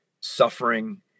suffering